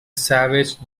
savage